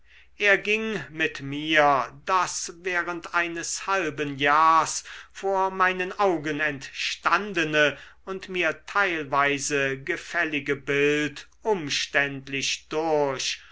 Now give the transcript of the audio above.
er ging mit mir das während eines halben jahrs vor meinen augen entstandene und mir teilweise gefällige bild umständlich durch